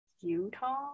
utah